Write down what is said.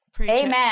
Amen